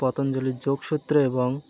পতঞ্জলির যোগসূত্র এবং